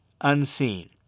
unseen